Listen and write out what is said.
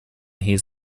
his